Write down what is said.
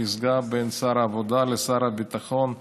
פסגה בין שר העבודה לשר הביטחון.